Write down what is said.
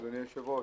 אדוני היושב-ראש,